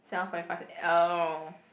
seven forty five oh